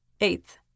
Eighth